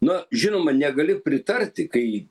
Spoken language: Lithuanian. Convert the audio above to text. na žinoma negali pritarti kai